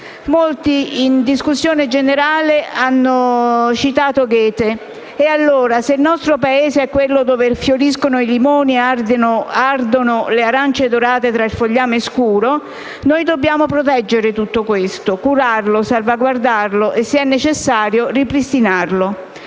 Molti in discussione generale hanno citato Goethe e allora, se il nostro Paese è quello dove «fioriscono i limoni e ardono le arance dorate fra il fogliame scuro», noi dobbiamo proteggere tutto questo, curarlo, salvaguardarlo e se necessario ripristinarlo.